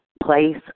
place